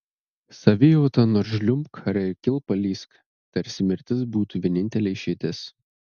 savijauta nors žliumbk ar į kilpą lįsk tarsi mirtis būtų vienintelė išeitis